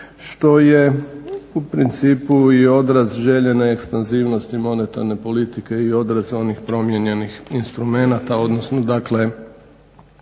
što je u principu i odraz željene ekspanzivnosti monetarne politike i odraz onih promijenjenih instrumenata, odnosno dakle